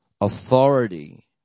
authority